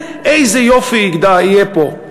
איזה יופי יהיה פה.